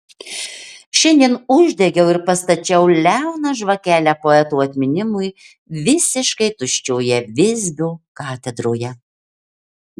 šiandien uždegiau ir pastačiau liauną žvakelę poeto atminimui visiškai tuščioje visbio katedroje